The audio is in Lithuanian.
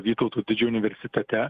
vytauto didžiojo universitete